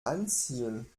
anziehen